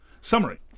Summary